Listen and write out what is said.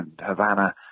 Havana